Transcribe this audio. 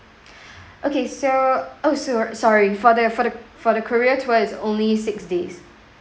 okay so oh so sorry for the for the for the korea tour it's only six days